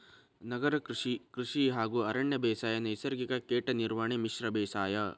ನಗರ ಕೃಷಿ, ಕೃಷಿ ಹಾಗೂ ಅರಣ್ಯ ಬೇಸಾಯ, ನೈಸರ್ಗಿಕ ಕೇಟ ನಿರ್ವಹಣೆ, ಮಿಶ್ರ ಬೇಸಾಯ